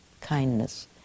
kindness